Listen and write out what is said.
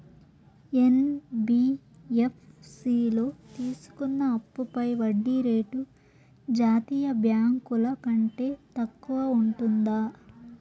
NBFC లో తీసుకున్న అప్పుపై వడ్డీ రేటు జాతీయ బ్యాంకు ల కంటే తక్కువ ఉంటుందా?